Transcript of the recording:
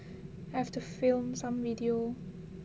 I have to film some video